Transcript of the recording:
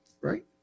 right